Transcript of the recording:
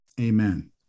amen